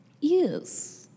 Yes